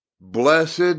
Blessed